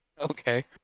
okay